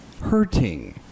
hurting